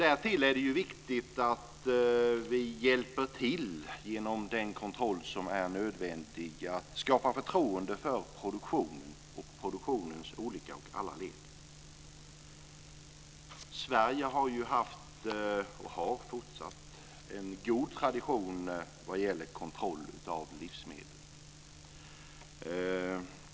Därtill är det viktigt att vi hjälper till, genom den kontroll som är nödvändig, att skapa förtroende för produktionen och alla dess olika led. Sverige har haft, och har fortsatt, en god tradition när det gäller kontroll av livsmedel.